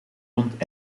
rond